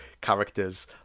characters